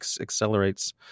accelerates